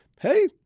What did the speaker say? Hey